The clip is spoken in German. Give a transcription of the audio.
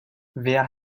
wer